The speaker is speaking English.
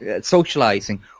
socializing